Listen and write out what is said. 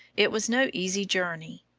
it was no easy journey.